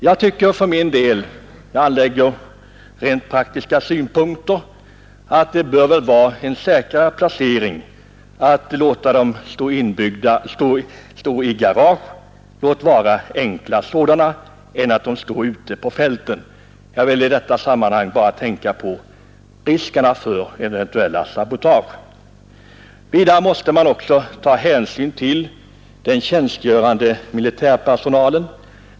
Jag tycker för min del — jag anlägger rent praktiska synpunkter — att det bör vara säkrare att låta dem stå i garage, låt vara enkla sådana, än att låta dem stå ute på fälten. Jag tänker i detta sammanhang på riskerna för sabotage. Vidare bör man ta hänsyn till den tjänstgörande militärpersonalen.